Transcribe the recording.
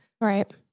Right